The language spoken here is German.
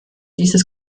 dieses